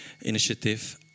initiative